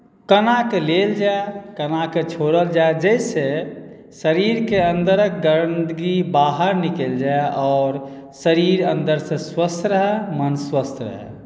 कोनाके लेल जाय कोनाके छोड़ल जाय जाहिसँ शरीरके अन्दरक गन्दगी बाहर निकलि जाय आओर शरीर अन्दरसँ स्वस्थ रहय मोन स्वस्थ रहय